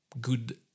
good